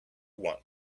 want